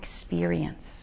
experience